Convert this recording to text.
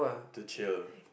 to cheer